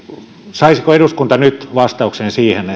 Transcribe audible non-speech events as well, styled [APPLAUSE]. saisiko eduskunta nyt vastauksen siihen [UNINTELLIGIBLE]